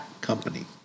company